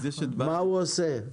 מה הוא עושה?